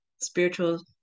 spiritual